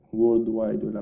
worldwide